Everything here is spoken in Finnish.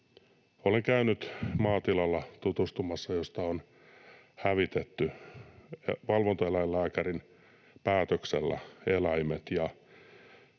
sellaisella maatilalla, josta on hävitetty valvontaeläinlääkärin päätöksellä eläimet, ja